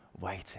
waiting